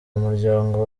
umuryango